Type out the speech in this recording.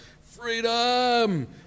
Freedom